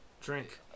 drink